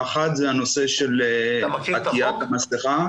האחת היא נושא עטיית מסכה.